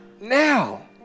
Now